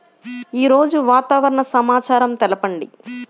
ఈరోజు వాతావరణ సమాచారం తెలుపండి